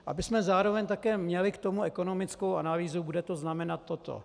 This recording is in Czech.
abychom zároveň také měli k tomu ekonomickou analýzu: Bude to znamenat toto.